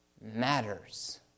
matters